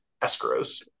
escrows